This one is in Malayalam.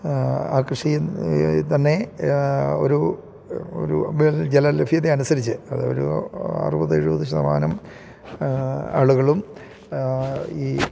ആ കൃഷി തന്നെ ഒരു ഒരു ബെൽ ജല ലഭ്യത അനുസരിച്ച് അതൊരു അറുപത് എഴുപത് ശതമാനം ആളുകളും ഈ